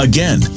Again